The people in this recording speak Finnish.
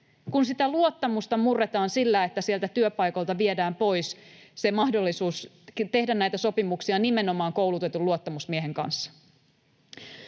kun sitä luottamusta murretaan sillä, että sieltä työpaikoilta viedään pois se mahdollisuus tehdä näitä sopimuksia nimenomaan koulutetun luottamusmiehen kanssa.